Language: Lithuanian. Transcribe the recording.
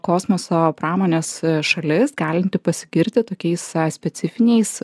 kosmoso pramonės šalis galinti pasigirti tokiais specifiniais